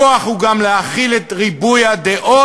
כוח הוא גם להכיל את ריבוי הדעות,